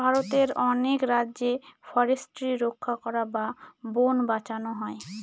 ভারতের অনেক রাজ্যে ফরেস্ট্রি রক্ষা করা বা বোন বাঁচানো হয়